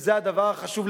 שזה הדבר החשוב,